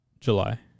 July